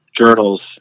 journals